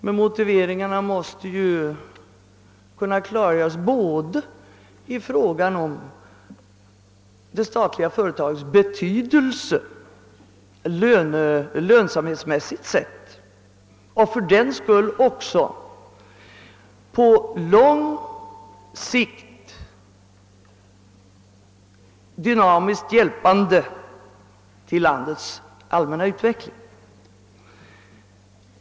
Men motiveringarna måste ju kunna klargöras både i fråga om det statliga företagets betydelse lönsamhetsmässigt sett och i fråga om dess dynamiska bidrag till landets allmänna utveckling på lång sikt.